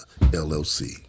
LLC